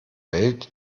welt